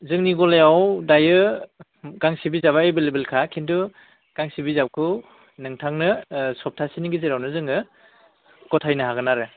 जोंनि गलायाव दायो गांसे बिजाबा एभेलेबेलखा किन्तु गांसे बिजाबखौ नोंथांनो सप्तासेनि गेजेरावनो जोङो गथायनो हागोन आरो